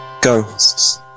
ghosts